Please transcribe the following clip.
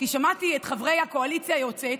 כי שמעתי את חברי הקואליציה היוצאת,